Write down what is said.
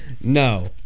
No